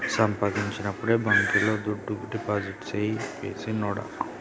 సంపాయించినప్పుడే బాంకీలో దుడ్డు డిపాజిట్టు సెయ్ సిన్నోడా